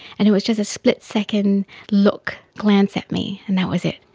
and it was just a split second look, glance at me, and that was it.